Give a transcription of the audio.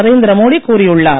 நரேந்திர மோடி கூறியுள்ளார்